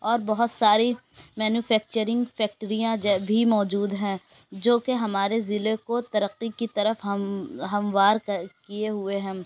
اور بہت ساری مینوفیکچرنگ فیکٹریاں جو ہے بھی موجود ہیں جو کہ ہمارے ضلعے کو ترقی کی طرف ہم ہموار کیے ہوئے ہیں